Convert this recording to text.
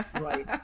Right